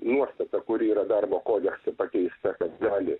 nuostata kuri yra darbo kodekse pakeista kartelė